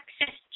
access